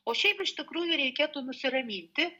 o šiaip iš tikrųjų reikėtų nusiraminti